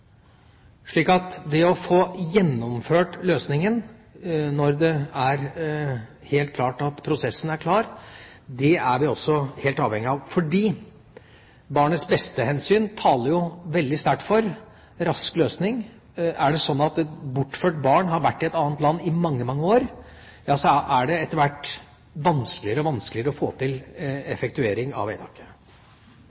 det å få gjennomført løsningen når det er helt klart at prosessen er ferdig, er vi helt avhengig av, fordi barnets beste-hensyn taler veldig sterkt for en rask løsning. Hvis det er sånn at et bortført barn har vært i et annet land i mange, mange år, er det etter hvert vanskeligere og vanskeligere å få til